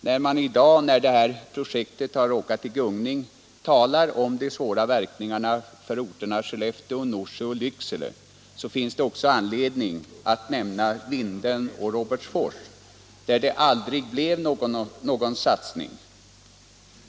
När man i dag, när detta projekt har råkat i gungning, talar om svåra verkningar för orterna Skellefteå, Norsjö och Lycksele finns det anledning att också nämna Vindeln och Robertsfors, där det aldrig blev någon satsning.